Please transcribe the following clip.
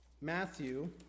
Matthew